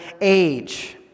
age